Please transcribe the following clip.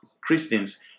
Christians